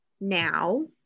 now